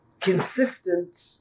consistent